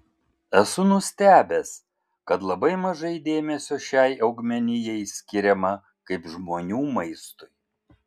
esu nustebęs kad labai mažai dėmesio šiai augmenijai skiriama kaip žmonių maistui